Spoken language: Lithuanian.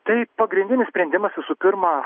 tai pagrindinis sprendimas visų pirma